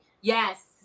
Yes